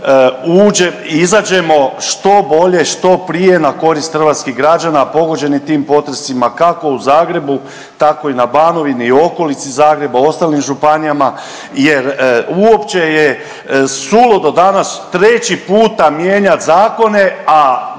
izađemo što bolje, što prije na korist hrvatskih građana pogođenim tim potresima kako u Zagrebu, tako i na Banovini i okolici Zagreba, u ostalim županijama. Jer uopće je suludo danas treći puta mijenjati zakone, a